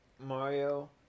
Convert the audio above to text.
Mario